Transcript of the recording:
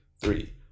Three